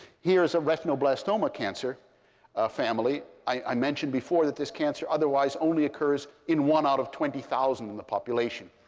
here is a retinoblastoma cancer family. i mentioned before that this cancer otherwise only occurs in one out of twenty thousand in the population.